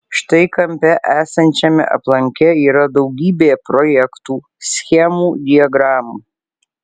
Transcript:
štai kampe esančiame aplanke yra daugybė projektų schemų diagramų